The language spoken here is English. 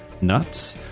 nuts